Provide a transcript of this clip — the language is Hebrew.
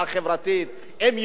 הם יודעים שזה יבוא.